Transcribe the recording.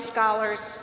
Scholars